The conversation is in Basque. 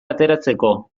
ateratzeko